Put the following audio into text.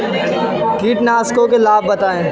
कीटनाशकों के लाभ बताएँ?